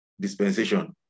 dispensation